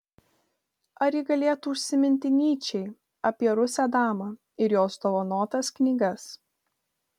ar ji galėtų užsiminti nyčei apie rusę damą ir jos dovanotas knygas